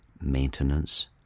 maintenance